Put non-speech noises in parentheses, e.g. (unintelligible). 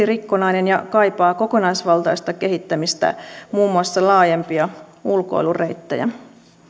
(unintelligible) rikkonainen ja kaipaa kokonaisvaltaista kehittämistä muun muassa laajempia ulkoilureittejä